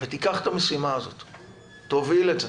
תיקח את המשימה הזאת על עצמך, תוביל אותה.